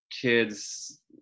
kids